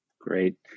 Great